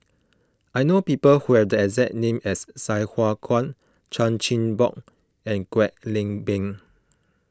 I know people who have the exact name as Sai Hua Kuan Chan Chin Bock and Kwek Leng Beng